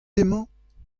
emañ